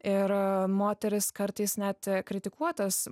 ir moterys kartais net kritikuotas